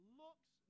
looks